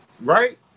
Right